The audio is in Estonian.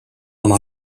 oma